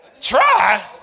Try